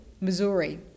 Missouri